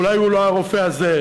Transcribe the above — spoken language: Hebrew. אולי הוא לא הרופא הזה,